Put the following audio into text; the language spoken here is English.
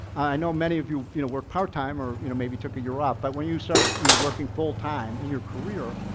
know many of you work part time or you know maybe took a year off, but when you start so you know working full time in your career,